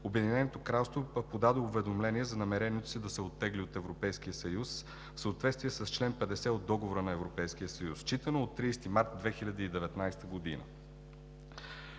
Обединеното кралство подаде уведомление за намерението си да се оттегли от Европейския съюз в съответствие с чл. 50 от Договора на Европейския съюз, считано от 30 март 2019 г.